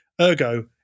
Ergo